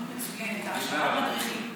תוכנית מצוינת להכשרת מדריכים.